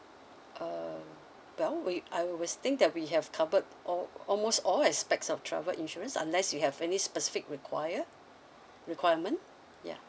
um well would I was think that we have covered all almost all aspects of travel insurance unless you have any specific require requirement ya